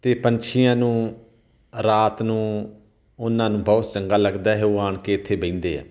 ਅਤੇ ਪੰਛੀਆਂ ਨੂੰ ਰਾਤ ਨੂੰ ਉਹਨਾਂ ਨੂੰ ਬਹੁਤ ਚੰਗਾ ਲੱਗਦਾ ਹੈ ਉਹ ਆਉਣ ਕੇ ਇੱਥੇ ਬਹਿੰਦੇ ਆ